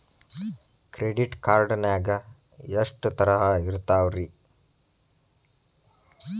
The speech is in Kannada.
ಕ್ರೆಡಿಟ್ ಕಾರ್ಡ್ ನಾಗ ಎಷ್ಟು ತರಹ ಇರ್ತಾವ್ರಿ?